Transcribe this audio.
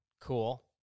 Cool